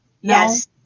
Yes